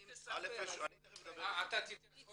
אני תיכף אדבר על זה.